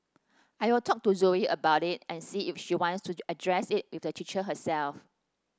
I'll talk to Zoe about it and see if she wants to address it with the teacher herself